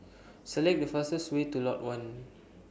Select The fastest Way to Lot one